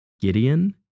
Gideon